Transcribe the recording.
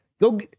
go